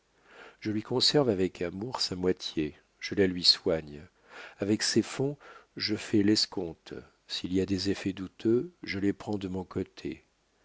je lui conserve avec amour sa moitié je la lui soigne avec ses fonds je fais l'escompte s'il y a des effets douteux je les prends de mon côté